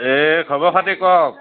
এ খবৰ খাতি কওঁক